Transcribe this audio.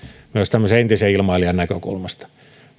tämmöisen entisen ilmailijan näkökulmasta